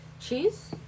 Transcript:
Cheese